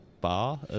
bar